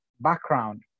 background